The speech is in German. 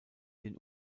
den